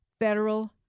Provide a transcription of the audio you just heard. federal